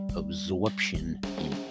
absorption